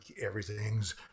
everything's